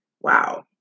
Wow